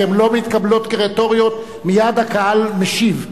כי הן לא מתקבלות כרטוריות ומייד הקהל משיב.